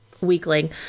weakling